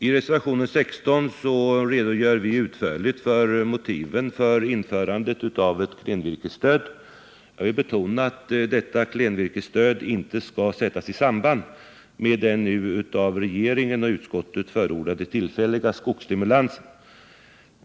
I reservation 16 redogör vi utförligt för motiven till införande av klenvirkesstöd. Jag vill betona att detta klenvirkesstöd inte skall sättas i samband med den nu av regeringen och utskottet förordade tillfälliga skogsstimulansen.